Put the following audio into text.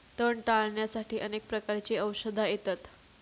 तण टाळ्याण्यासाठी अनेक प्रकारची औषधा येतत